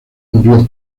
murió